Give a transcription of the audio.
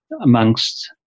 amongst